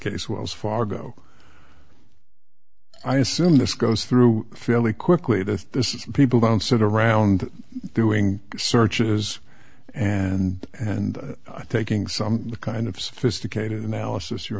case wells fargo i assume this goes through fairly quickly that this is people don't sit around doing searches and and i taking some kind of sophisticated analysis you're